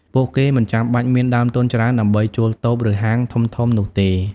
ពួកគេមិនចាំបាច់មានដើមទុនច្រើនដើម្បីជួលតូប ឬហាងធំៗនោះទេ។